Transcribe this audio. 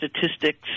statistics